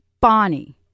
Bonnie